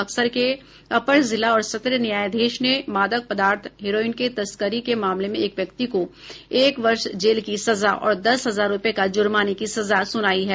बक्सर के अपर जिला और सत्र न्यायाधीश ने मादक पदार्थ हेरोईन के तस्करी के मामले में एक व्यक्ति को एक वर्ष जेल की सजा और दस हजार रूपये का जुर्माने की सजा सुनायी है